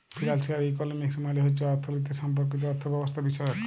financial economics মালে হছে অথ্থলিতি সম্পর্কিত অথ্থব্যবস্থাবিষয়ক